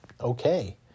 okay